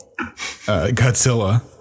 godzilla